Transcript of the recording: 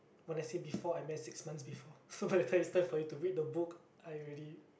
when I say before I meant six months before so by the time it's time for you to read the book I already